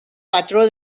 patró